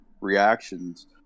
reactions